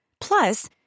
Plus